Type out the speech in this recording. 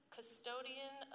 Custodian